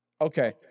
Okay